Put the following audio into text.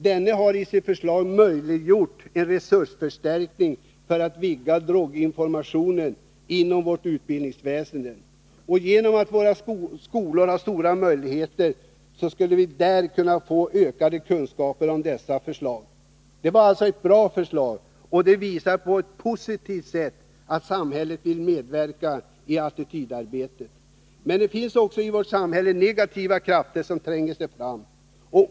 Denna har i sitt förslag möjliggjort en resursför stärknign för att vidga droginformationen inom vårt utbildningsväsende. Genom våra skolor har vi stora möjligheter att få fram ökade kunskaper om dessa frågor. Det var ett bra förslag, och det visar på ett positivt sätt att samhället vill medverka i attitydarbetet. Men det finns i vårt samhälle också negativa krafter som tränger sig fram.